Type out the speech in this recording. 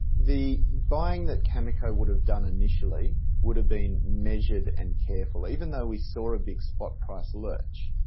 the buying that cameco would have done initially would have been measured and careful, even though we saw a big spot price lurch,